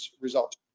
results